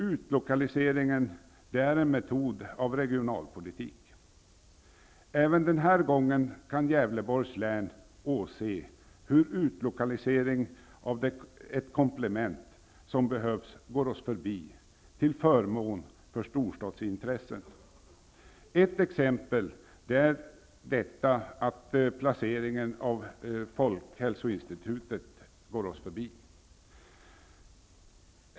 Utlokalisering är en metod i regionalpolitiken. Även den här gången kan Gävleborgs län åse hur utlokalisering, som är det komplement som behövs, går oss förbi till förmån för storstadsintressen. Ett exempel på detta är placeringen av folkhälsoinstitutet.